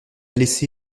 laissé